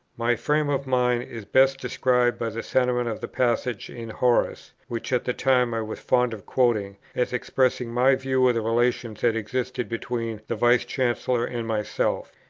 my frame of mind is best described by the sentiment of the passage in horace, which at the time i was fond of quoting, as expressing my view of the relation that existed between the vice-chancellor and myself.